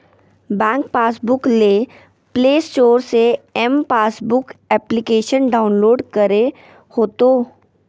bank passbook ले play store से m passbook application download करे होतो